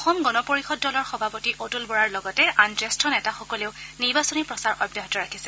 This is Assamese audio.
অসম গণ পৰিষদ দলৰ সভাপতি অতুল বৰাৰ লগতে আন জ্যেষ্ঠ নেতাসকলেও নিৰ্বাচনী প্ৰচাৰ অব্যাহত ৰাখিছে